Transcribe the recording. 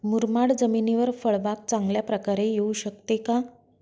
मुरमाड जमिनीवर फळबाग चांगल्या प्रकारे येऊ शकते का?